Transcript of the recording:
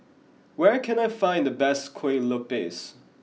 where can I find the best Kueh Lopes